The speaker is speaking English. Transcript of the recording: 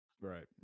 Right